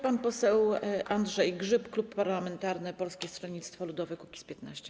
Pan poseł Andrzej Grzyb, klub parlamentarny Polskie Stronnictwo Ludowe - Kukiz15.